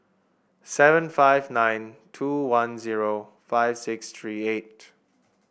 seven five nine two one zero five six three eight